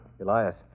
Elias